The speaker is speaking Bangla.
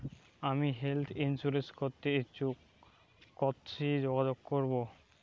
আমি হেলথ ইন্সুরেন্স করতে ইচ্ছুক কথসি যোগাযোগ করবো?